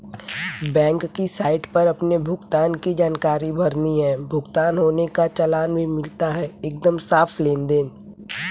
bank की site पर अपने भुगतान की जानकारी भरनी है, भुगतान होने का चालान भी मिलता है एकदम साफ़ लेनदेन